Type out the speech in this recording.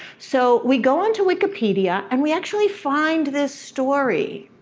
so we go onto wikipedia, and we actually find this story.